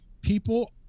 people